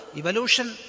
evolution